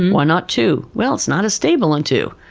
why not two? well, it's not as stable on two.